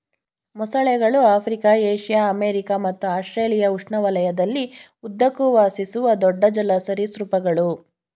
ಮೊಸಳೆಗಳು Africa Asia America ಮತ್ತು Australia ಉಷ್ಣವಲಯದಲ್ಲಿ ಉದ್ದಕ್ಕೂ ವಾಸಿಸುವ ದೊಡ್ಡ ಜಲ ಸರೀಸೃಪಗಳು